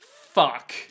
fuck